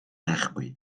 айхгүй